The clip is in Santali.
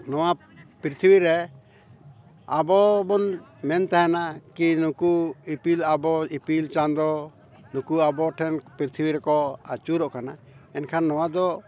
ᱱᱚᱣᱟ ᱯᱨᱤᱛᱵᱤᱨᱮ ᱟᱵᱚ ᱵᱚᱱ ᱢᱮᱱ ᱛᱟᱦᱮᱱᱟ ᱠᱤ ᱱᱩᱠᱩ ᱤᱯᱤᱞ ᱟᱵᱚ ᱤᱯᱤᱞ ᱪᱟᱸᱫᱚ ᱱᱩᱠᱩ ᱟᱵᱚ ᱴᱷᱮᱱ ᱯᱨᱤᱛᱷᱤᱵᱤ ᱨᱮᱠᱚ ᱟᱹᱪᱩᱨᱚᱜ ᱠᱟᱱᱟ ᱮᱱᱠᱷᱟᱱ ᱱᱚᱣᱟ ᱫᱚ